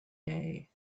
day